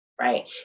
right